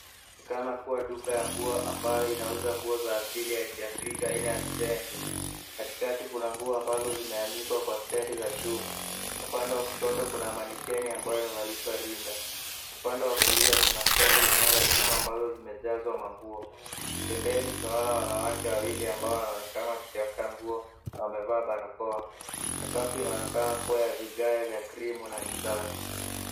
Inaonekana kuwa duka ya nguo ambayo inauza nguo za asili ya kiafrika aina ya vitenge. Katikati kuna nguo ambazo zimeanikwa kwa standi za chuma. Upande wa kushoto kuna manikeni ambayo imevalishwa rinda. Upande wa kulia kuna standi zingine za chuma ambazo zimejazwa manguo. Pembeni tunaona wanawake wili ambao wanaonekana wakitafuta nguo na wamevaa barakoa. Sakafu inaonekana kuwa ya vigae vya krimu na ni safi.